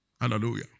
Hallelujah